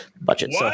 budget